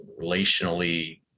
relationally